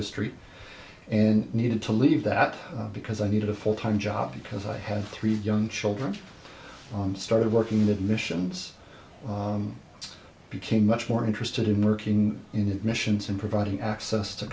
history and needed to leave that because i needed a full time job because i had three young children started working in admissions became much more interested in working in admissions and providing access to